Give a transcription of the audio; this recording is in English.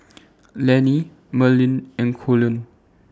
Lanny Marlen and Colleen